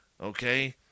Okay